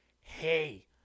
hey